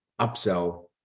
upsell